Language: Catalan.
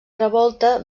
revolta